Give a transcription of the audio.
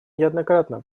неоднократно